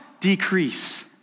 decrease